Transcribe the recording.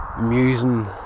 musing